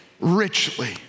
richly